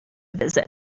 visit